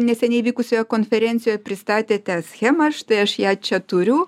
neseniai vykusioje konferencijoj pristatėte schemą štai aš ją čia turiu